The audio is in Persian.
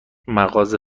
مغازه